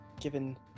given